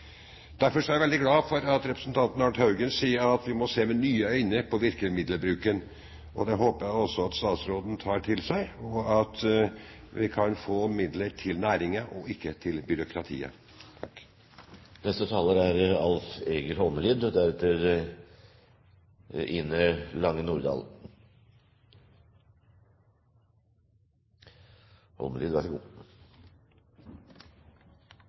Derfor er jeg veldig glad for at representanten Arne L. Haugen sier at vi må se med nye øyne på virkemiddelbruken. Det håper jeg også at statsråden tar til seg, og at vi kan få midler til næringen – ikke til byråkratiet.